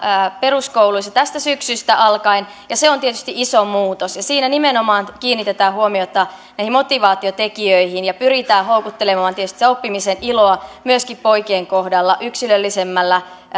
peruskouluissa tästä syksystä alkaen ja se on tietysti iso muutos siinä nimenomaan kiinnitetään huomiota niihin motivaatiotekijöihin ja pyritään houkuttelemaan tietysti sitä oppimisen iloa myöskin poikien kohdalla yksilöllisemmällä